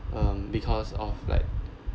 um because of like